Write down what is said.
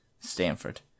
Stanford